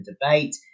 debate